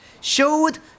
Showed